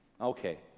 Okay